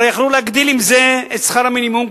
הרי היו יכולים להגדיל עם זה את שכר המינימום,